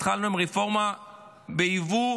התחלנו עם רפורמה ביבוא,